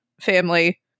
family